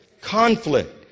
Conflict